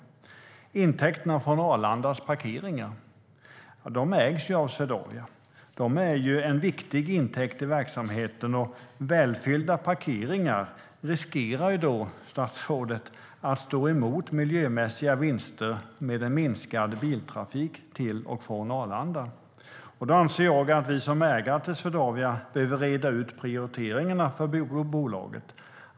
Det handlar om intäkterna från Arlandas parkeringar, som ägs av Swedavia. De är en viktig intäkt i verksamheten. Välfyllda parkeringar riskerar att stå emot miljömässiga vinster med en minskad biltrafik till och från Arlanda, statsrådet. Jag anser att vi som ägare till Swedavia behöver reda ut prioriteringarna för bolaget.